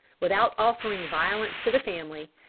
without offering violence to the family,